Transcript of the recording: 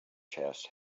chest